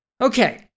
Okay